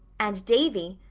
and, davy.